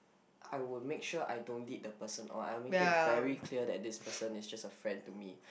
I would make sure I don't lead the person or I would make it very clear that this person is just a friend to me